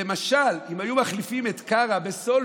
שלמשל אם היו מחליפים את קרא בסולברג